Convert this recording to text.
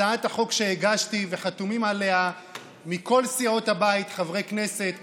הצעת החוק שהגשתי וחתומים עליה מכל סיעות הבית חברי כנסת,